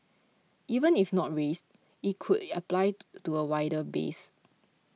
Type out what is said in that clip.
even if not raised it could apply to a wider base